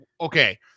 okay